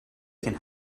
can